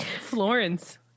Florence